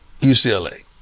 UCLA